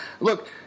look